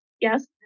Yes